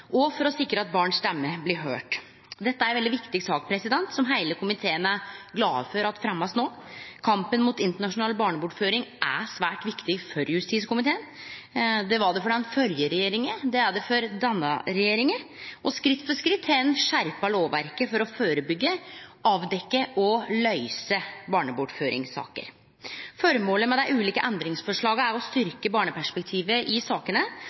og for å sikre at barnet kan bli høyrt. Dette er ei veldig viktig sak som heile komiteen er glade for blir fremja no. Kampen mot internasjonal barnebortføring er svært viktig for justiskomiteen. Det var det for den førre regjeringa, og det er det for denne regjeringa. Skritt for skritt har ein skjerpa lovverket for å førebyggje, avdekkje og løyse barnebortføringssaker. Føremålet med dei ulike endringsforslaga er å styrkje barneperspektivet i sakene,